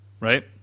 right